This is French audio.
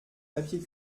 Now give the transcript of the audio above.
papier